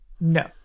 No